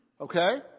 Okay